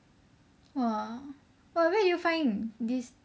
!wah! where do you find this